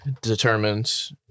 determines